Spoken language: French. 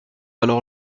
alors